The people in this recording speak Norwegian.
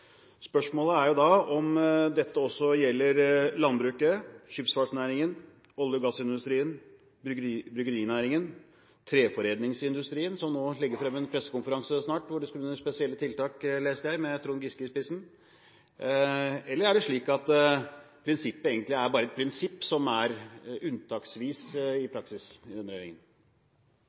Spørsmålet er jo da om dette også gjelder landbruket, skipsfartsnæringen, olje- og gassindustrien, bryggerinæringen, treforedlingsindustrien, som på en pressekonferanse – med Trond Giske i spissen – snart skal legge frem spesielle tiltak, leste jeg. Eller er dette prinsippet om like rammebetingelser et prinsipp som bare unntaksvis praktiseres i denne regjeringen?